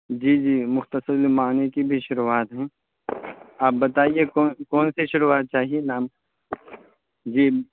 جی جی مختصرالمعانی کی بھی شروحات ہے آپ بتائیے کون کون سی شروحات چاہیے نام جی